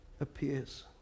appears